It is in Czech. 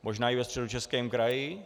Možná i ve Středočeském kraji.